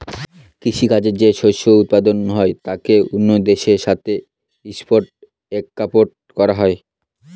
কৃষি কাজে যে শস্য উৎপাদন হয় তাকে অন্য দেশের সাথে ইম্পোর্ট এক্সপোর্ট করা হয়